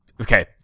okay